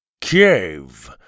Cave